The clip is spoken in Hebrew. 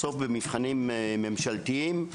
בסוף במבחנים ממשלתיים,